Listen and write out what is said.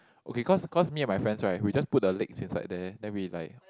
okay cause cause me and my friends right we just put our legs inside there then we like